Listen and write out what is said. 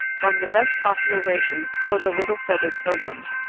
form the best possible ration for the little feathered pilgrims.